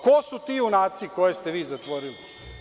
Ko su ti junaci koje ste vi zatvorili?